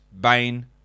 Bain